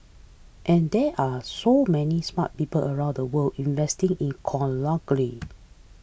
and there are so many smart people around the world investing in